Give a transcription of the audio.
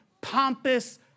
pompous